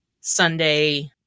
Sunday